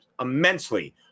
immensely